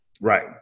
Right